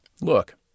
Look